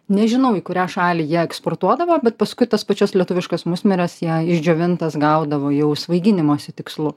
nežinau į kurią šalį jie eksportuodavo bet paskui tas pačias lietuviškas musmires jie išdžiovintas gaudavo jau svaiginimosi tikslu